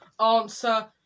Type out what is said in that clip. answer